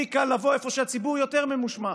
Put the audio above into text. הכי קל לבוא איפה שהציבור יותר ממושמע.